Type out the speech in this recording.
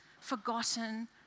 forgotten